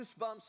goosebumps